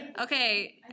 Okay